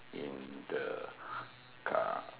in the car